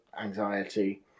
anxiety